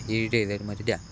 मध्ये द्या